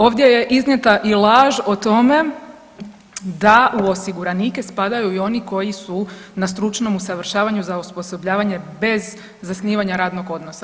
Ovdje je iznijeta i laž o tome da u osiguranike spadaju i oni koji su na stručnom usavršavanju za osposobljavanje bez zasnivanja radnog odnosa.